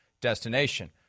destination